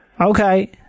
Okay